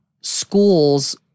schools